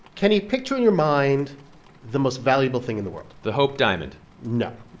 kenny, picture in your mind the most valuable thing in the world the hope diamond no.